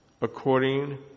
according